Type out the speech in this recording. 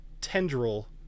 tendril